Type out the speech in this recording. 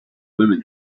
women